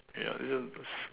ya this was